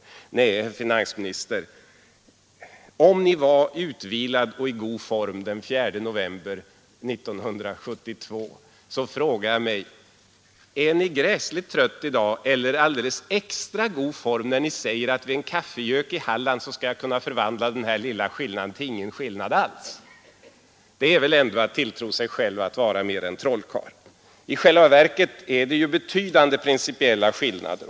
Nej, herr finansminister, om Ni var utvilad och i god form den 4 november 1972, så frågar jag mig: Är Ni gräsligt trött i dag eller i alldeles extra god form, när Ni säger att ”vid en kaffegök i Halland skall jag kunna förvandla den lilla skillnaden till ingen skillnad alls”? Det är väl ändå att tilltro sig själv om att vara mer än trollkarl. I själva verket är det ju betydande principiella skillnader.